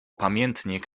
pamiętnik